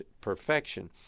perfection